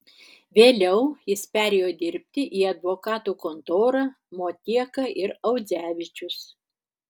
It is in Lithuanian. vėliau jis perėjo dirbti į advokatų kontorą motieka ir audzevičius